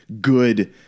good